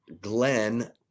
Glenn